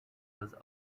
was